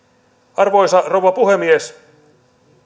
arvoisa rouva puhemies